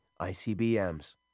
ICBMs